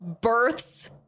births